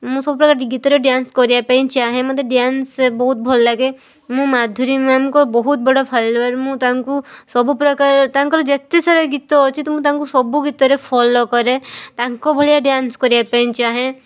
ମୁଁ ସବୁ ପ୍ରକାର ଗୀତରେ ଡ୍ୟାନ୍ସ କରିବା ପାଇଁ ଚାହେଁ ମୋତେ ଡ୍ୟାନ୍ସ ବହୁତ ଭଲ ଲାଗେ ମୁଁ ମାଧୁରୀ ମ୍ୟାମ୍ଙ୍କ ବହୁତ ବଡ଼ ଫଲୋଅର୍ ମୁଁ ତାଙ୍କୁ ସବୁ ପ୍ରକାର ତାଙ୍କର ଯେତେ ସାରା ଗୀତ ଅଛି ତ ମୁଁ ତାଙ୍କୁ ସବୁ ଗୀତରେ ଫଲୋ କରେ ତାଙ୍କ ଭଳିଆ ଡ୍ୟାନ୍ସ କରିବା ପାଇଁ ଚାହେଁ